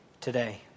today